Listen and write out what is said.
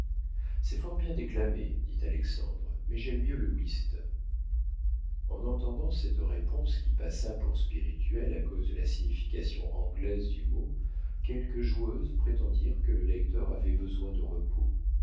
c'est fort bien déclamé dit alexandre mais j'aime mieux le whist en entendant cette réponse qui passa pour spirituelle à cause de la signification anglaise du mot quelques joueuses prétendirent que le lecteur avait besoin de repos